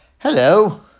Hello